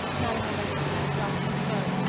madame olenska, dropping her cloak,